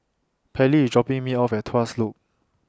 Pallie IS dropping Me off At Tuas Loop